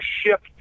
shift